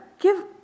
give